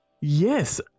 Yes